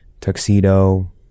Tuxedo